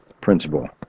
principle